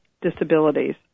disabilities